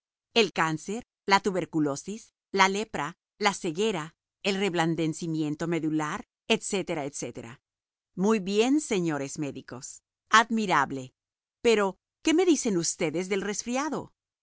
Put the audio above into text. el cáncer la tuberculosis la lepra la ceguera el reblandecimiento medular etc etc muy bien señores médicos admirable pero qué me dicen ustedes del resfriado